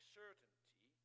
certainty